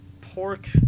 Pork